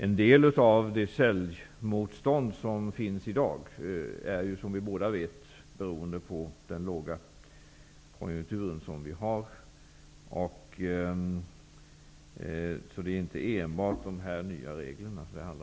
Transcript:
En del av det säljmotstånd som finns i dag beror som vi båda vet på den låga konjunkturen. Det handlar alltså inte enbart om de nya reglerna.